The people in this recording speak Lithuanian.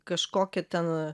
kažkokia ten